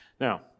Now